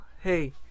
hey